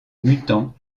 mutant